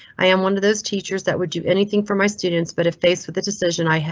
i am one of those teachers that would do anything for my students. but if faced with the decision, i.